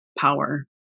power